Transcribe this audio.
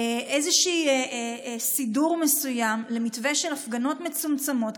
איזשהו סידור מסוים למתווה של הפגנות מצומצמות,